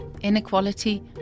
Inequality